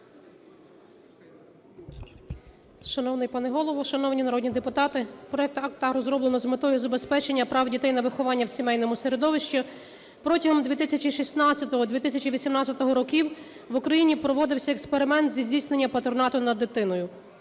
Шановний пане Голово, шановні народні депутати, проект акту розроблено з метою забезпечення прав дітей на виховання в сімейному середовищі. Протягом 2016-2018 років в Україні проводився експеримент зі здійснення патронату над дитиною.